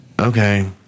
Okay